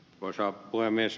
arvoisa puhemies